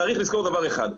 צריך לזכור דבר אחד,